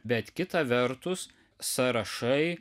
bet kita vertus sąrašai